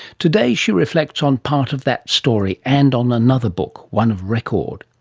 today, she reflects on part of that story, and on another book one of record.